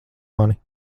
mani